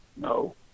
No